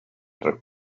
tra